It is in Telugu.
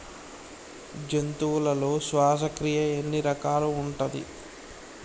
జంతువులలో శ్వాసక్రియ ఎన్ని రకాలు ఉంటది?